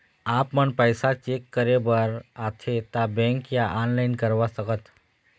आपमन पैसा चेक करे बार आथे ता बैंक या ऑनलाइन करवा सकत?